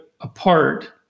apart